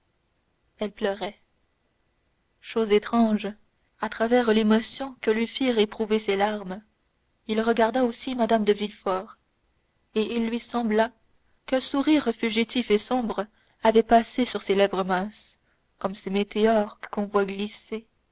elle pleurait chose étrange à travers l'émotion que lui firent éprouver ces larmes il regarda aussi mme de villefort et il lui sembla qu'un sourire fugitif et sombre avait passé sur ses lèvres minces comme ces météores